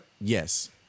yes